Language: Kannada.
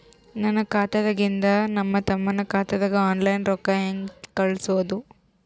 ನನ್ನ ಖಾತಾದಾಗಿಂದ ನನ್ನ ತಮ್ಮನ ಖಾತಾಗ ಆನ್ಲೈನ್ ರೊಕ್ಕ ಹೇಂಗ ಕಳಸೋದು?